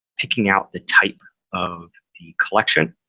picking out the type of the collection,